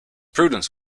prudence